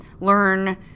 learn